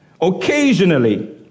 occasionally